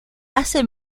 hace